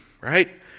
right